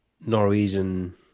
norwegian